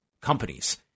companies